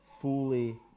fully